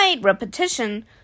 repetition